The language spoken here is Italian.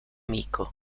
amico